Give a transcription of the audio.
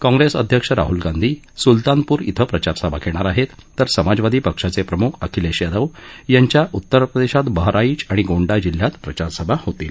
काँग्रेस अध्यक्ष राहुल गांधी सुलतानपूर इथं प्रचारसभा घेणार आहेत तर समाजवादी पक्षाचे प्रमुख अखिलेश यादव यांच्या उत्तर प्रदेशात बहराईच आणि गोंडा जिल्ह्यात प्रचारसभा होतील